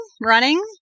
running